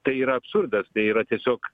tai yra absurdas tai yra tiesiog